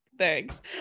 Thanks